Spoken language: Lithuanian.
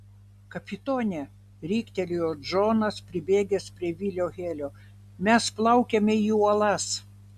kapitone riktelėjo džonas pribėgęs prie vilio helio mes plaukiame į uolas